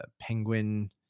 penguin